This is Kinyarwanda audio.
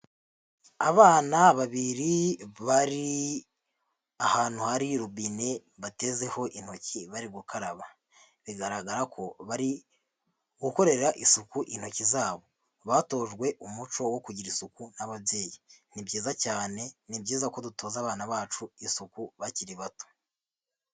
Abana babiri bari ahantu hari robine batezeho intoki bari gukaraba, bigaragara ko bari gukorera isuku intoki zabo, batojwe umuco wo kugira isuku n'ababyeyi, ni byiza cyane, ni byiza ko dutoza abana bacu isuku bakiri bato.